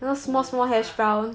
oh yeah